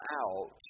out